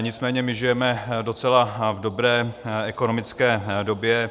Nicméně žijeme v docela dobré ekonomické době.